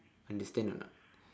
understand or not